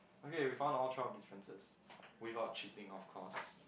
okay we found all twelve differences without cheating of course